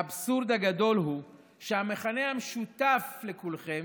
האבסורד הגדול הוא שהמכנה המשותף לכולכם